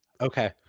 Okay